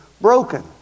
broken